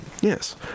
yes